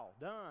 done